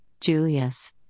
Julius